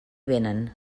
venen